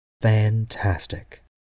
fantastic